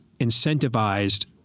incentivized